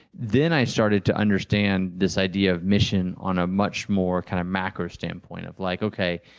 then i started to understand this idea of mission on a much more kind of macro standpoint of like, okay,